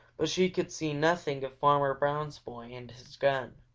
but she could see nothing of farmer brown's boy and his gun.